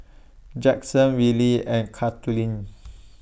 Jaxon Willy and Carlyn